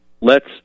lets